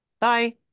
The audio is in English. Bye